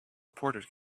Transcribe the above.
reporters